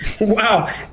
wow